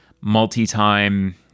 multi-time